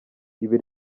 ibi